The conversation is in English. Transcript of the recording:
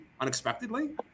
unexpectedly